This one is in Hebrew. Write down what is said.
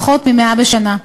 פחות מ-100 בכל שנה.